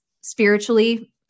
spiritually